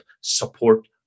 support